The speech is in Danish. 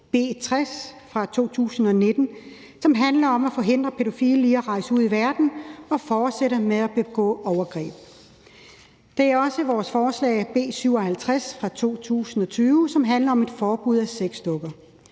B 60 fra 2019, som handler om at forhindre pædofile i at rejse ud i verden og fortsætte med at begå overgreb. Det er også vores forslag B 57 fra 2020, som handler om et forbud mod sexdukker.